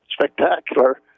spectacular